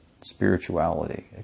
spirituality